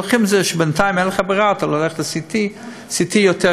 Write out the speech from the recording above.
הם לוקחים את זה שבינתיים אין לך ברירה ואתה הולך ל-CT,